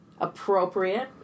appropriate